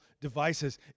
devices